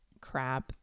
crap